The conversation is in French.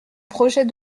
projet